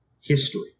history